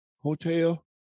hotel